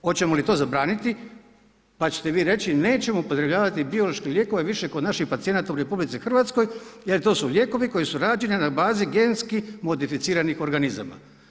Hoćemo li to zabraniti pa ćete vi reći, nećemo upotrebljavati biološke lijekove, više kod naših pacijenata u RH, jer to su lijekovi koji su rađeni na bazi genski modificiranih organizama.